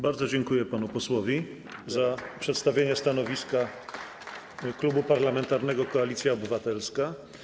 Bardzo dziękuję panu posłowi za przedstawienie stanowiska Klubu Parlamentarnego Koalicja Obywatelska.